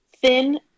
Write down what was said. thin